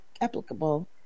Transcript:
applicable